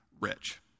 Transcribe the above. rich